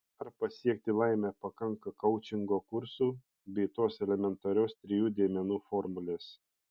ar pasiekti laimę pakanka koučingo kursų bei tos elementarios trijų dėmenų formulės